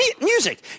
Music